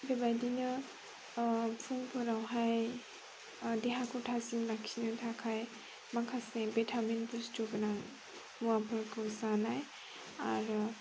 बेबायदिनो फुंफोरावहाय देहाखौ थाजिम लाखिनो थाखाय माखासे भिटामिन बुस्थुगोनां मुवाफोरखौ जानाय आरो